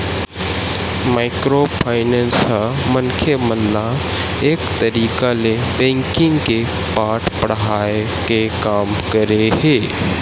micro finance ह मनखे मन ल एक तरिका ले बेंकिग के पाठ पड़हाय के काम करे हे